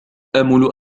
آمل